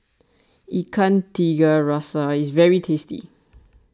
Ikan Tiga Rasa is very tasty